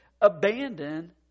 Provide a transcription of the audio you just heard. abandon